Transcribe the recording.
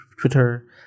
Twitter